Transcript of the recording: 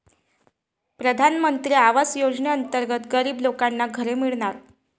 प्रधानमंत्री आवास योजनेअंतर्गत गरीब लोकांना घरे मिळणार